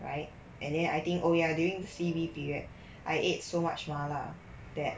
right and then I think oh ya during C_B period I ate so much mala that